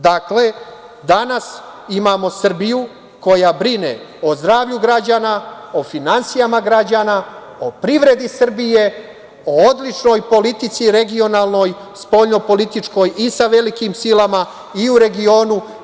Dakle, danas imamo Srbiju koja brine o zdravlju građana, o finansijama građana, o privredi Srbije, o odličnoj politici regionalnoj, spoljnopolitičkoj i sa velikim silama i u regionu.